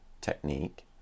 technique